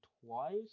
twice